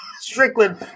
Strickland